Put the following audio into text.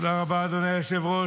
תודה רבה, אדוני היושב-ראש.